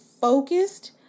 focused